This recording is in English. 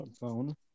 phone